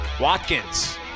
Watkins